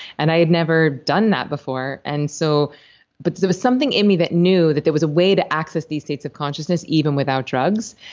and i had never done that before and so but there was something in me that knew that there was a way to access these states of consciousness even without drugs,